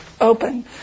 open